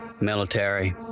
Military